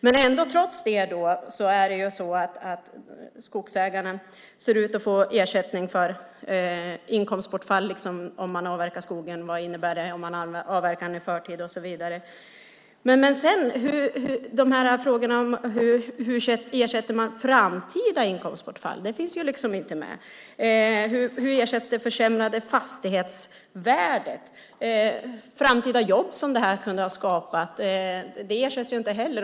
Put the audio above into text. Men ändå är det ju så att skogsägarna ser ut att få ersättning för inkomstbortfall, liksom om man avverkar skogen, vad det innebär om man avverkar den i förtid och så vidare. Men sedan? Frågan om hur man ersätter framtida inkomstbortfall finns ju inte med. Hur ersätts det försämrade fastighetsvärdet? Framtida jobb som det här kunde ha skapat ersätts ju inte heller.